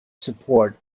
support